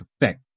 effect